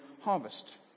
harvest